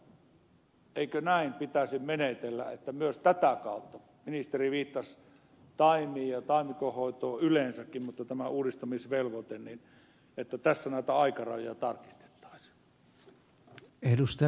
eikö todella näin pitäisi menetellä että myös tätä kautta ministeri viittasi taimiin ja taimikon hoitoon yleensäkin tässä uudistamisvelvoitteessa näitä aikarajoja tarkistettaisiin